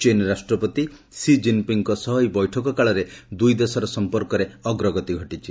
ଚୀନ୍ ରାଷ୍ଟ୍ରପତି ସି ଜିନ୍ ପିଙ୍ଗ୍ଙ୍କ ସହ ଏହି ବୈଠକ କାଳରେ ଦୁଇଦେଶର ସଂପର୍କରେ ଅଗ୍ରଗତି ଘଟିଛି